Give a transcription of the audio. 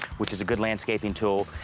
which is a good landscaping tool.